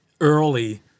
early